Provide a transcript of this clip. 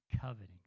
coveting